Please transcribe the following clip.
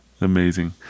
Amazing